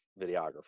videographer